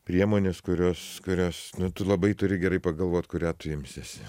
priemonės kurios kurias nu tu labai turi gerai pagalvoti kurią tu imsiesi